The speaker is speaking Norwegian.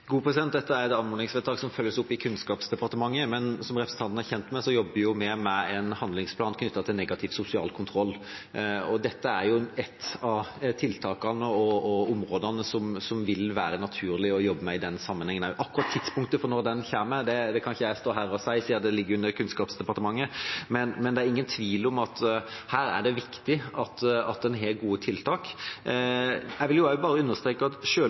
Dette er et anmodningsvedtak som følges opp i Kunnskapsdepartementet, men som representanten er kjent med, jobber vi med en handlingsplan knyttet til negativ sosial kontroll, og dette er et av tiltakene og områdene som det vil være naturlig å jobbe med i den sammenhengen. Akkurat tidspunktet for når den kommer, kan ikke jeg stå her og si, siden det ligger under Kunnskapsdepartementet, men det er ingen tvil om at her er det viktig at en har gode tiltak. Jeg vil også bare understreke at